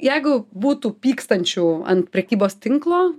ir jeigu būtų pykstančių ant prekybos tinklo